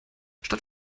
statt